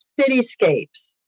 cityscapes